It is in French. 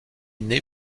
née